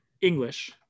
English